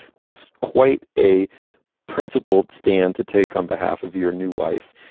that's quite a principled stand to take on behalf of your new wife.